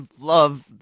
love